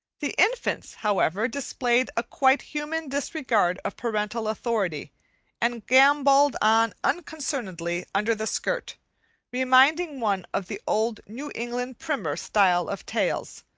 the infants, however, displayed a quite human disregard of parental authority and gambolled on unconcernedly under the skirt reminding one of the old new england primer style of tales,